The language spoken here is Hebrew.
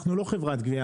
אנחנו לא חברת גבייה,